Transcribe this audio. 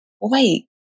wait